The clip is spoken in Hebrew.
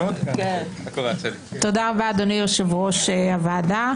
אדוני יושב-ראש הוועדה,